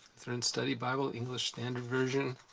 lutheran study bible, english standard version.